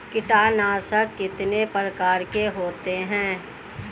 कीटनाशक कितने प्रकार के होते हैं?